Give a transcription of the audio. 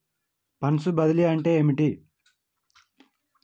Funds బదిలీ అంటే ఏమిటి?